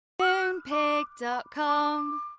Moonpig.com